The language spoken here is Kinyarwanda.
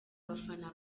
abafana